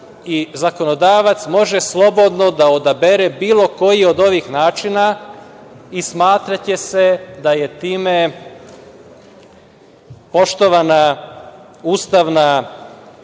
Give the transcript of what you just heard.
i zakonodavac može slobodno da odabere bilo koji od ovih načina i smatraće se da je time poštovana ustavna odredba